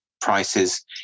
prices